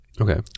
Okay